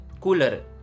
cooler